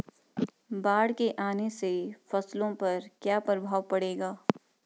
बाढ़ के आने से फसलों पर क्या प्रभाव पड़ेगा?